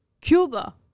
Cuba